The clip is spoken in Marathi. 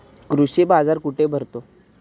कृषी बाजार कुठे भरतो?